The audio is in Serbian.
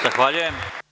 Zahvaljujem.